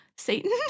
Satan